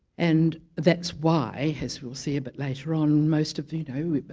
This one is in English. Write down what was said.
and that's why, as we'll see a bit later on, most of you know you but